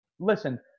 Listen